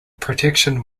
protection